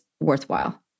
worthwhile